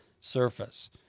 surface